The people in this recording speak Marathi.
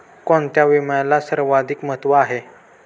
कोणता विम्याला सर्वाधिक महत्व आहे?